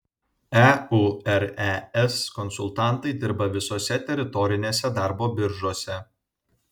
eures konsultantai dirba visose teritorinėse darbo biržose